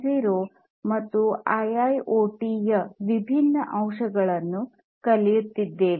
0 ಮತ್ತು ಐಐಓಟಿ ಯ ವಿಭಿನ್ನ ಅಂಶಗಳನ್ನು ಕಲಿಯುತ್ತಿದ್ದೇವೆ